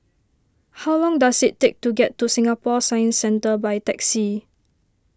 how long does it take to get to Singapore Science Centre by taxi